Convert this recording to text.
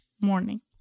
morning